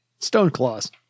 Stoneclaws